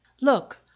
Look